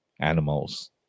animals